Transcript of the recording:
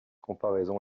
comparaison